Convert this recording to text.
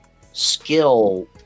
skill